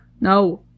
No